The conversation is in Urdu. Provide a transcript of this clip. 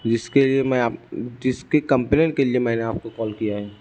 جس کے لیے میں آپ جس کی کمپلین کے لیے میں نے آپ کو کال کیا ہے